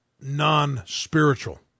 non-spiritual